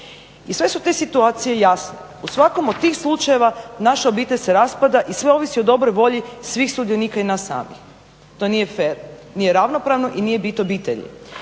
I sve su te situacije jasne, u svakom od tih slučajeva naša obitelj se raspada i sve ovisi o dobroj volji svih sudionika i nas samih. To nije fer, nije ravnopravno i nije bit obitelji.